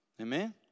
Amen